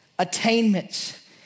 attainments